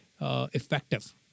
effective